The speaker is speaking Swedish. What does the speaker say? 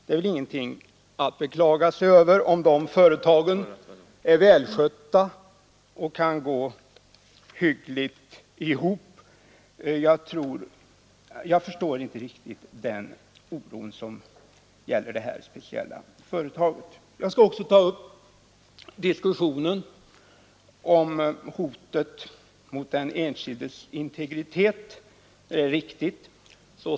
Det är väl ingenting att beklaga sig över om företagen är välskötta och kan gå hyggligt ihop. Jag förstår inte riktigt den oro som gäller de här speciella företagen. Jag skall också ta upp diskussionen om hotet mot den enskildes integritet är verkligt.